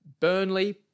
Burnley